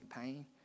pain